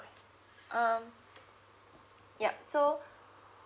um yup so